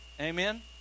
Amen